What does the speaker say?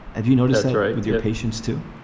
have you noticed that right with your patients, too?